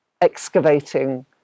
excavating